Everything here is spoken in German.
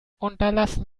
unterlassen